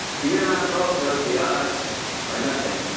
you and i both know the odds are nothing.